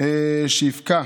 שיפקע